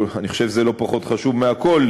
אני חושב שזה לא פחות חשוב מהכול,